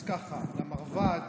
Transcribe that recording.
אז ככה: למרב"ד